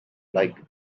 like